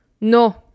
No